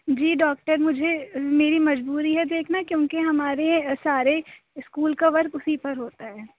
جی doctor مجھے میری مجبوری ہے دیکھنا کیوں کہ ہمارے سارے اسکول کا ورک اُسی پر ہوتا ہے